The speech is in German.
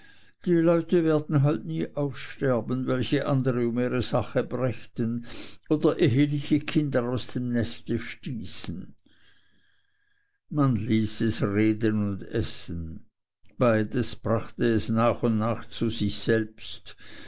die leute werden halt nie aussterben welche andere um ihre sache brächten oder eheliche kinder aus dem neste stießen man ließ es reden und essen beides brachte es nach und nach zu sich selbst